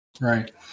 right